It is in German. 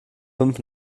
fünf